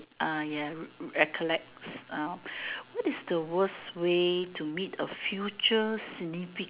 uh ya recollect uh what is the worst way to meet a future significant